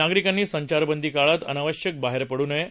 नागरिकांनी संचारबंदी काळात अनावश्यक बाहेर पडू नये